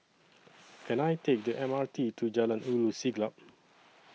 Can I Take The M R T to Jalan Ulu Siglap